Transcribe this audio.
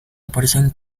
aparecen